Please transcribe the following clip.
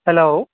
hello